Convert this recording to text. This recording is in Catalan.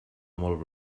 molt